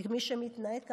כי מי שמתנהג כך,